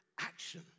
action